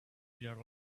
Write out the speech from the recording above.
their